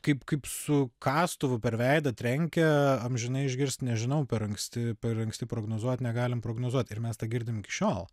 kaip kaip su kastuvu per veidą trenkia amžinai išgirsti nežinau per anksti per anksti prognozuot negalime prognozuot ir mes tą girdime iki šiol